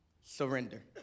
surrender